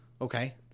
Okay